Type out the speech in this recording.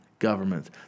Government